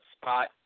spot